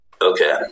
Okay